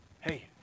hey